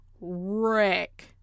wreck